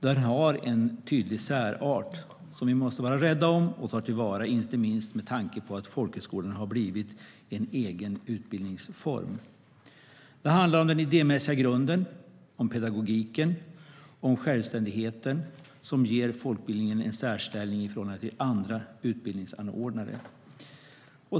Den har en tydlig särart som vi måste vara rädda om och ta till vara, inte minst med tanke på att folkhögskolan har blivit en egen utbildningsform. Det handlar om den idémässiga grunden, om pedagogiken och om självständigheten som ger folkbildningen en särställning i förhållande till andra utbildningsanordnare.